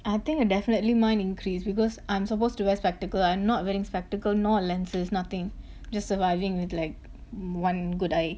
I think ah definitely mine increase because I'm supposed to wear spectacle I'm not wearing spectacle nor lenses nothing just surviving with like one good eye